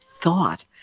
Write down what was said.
thought